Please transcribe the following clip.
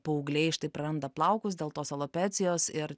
paaugliai štai praranda plaukus dėl tos alopecijos ir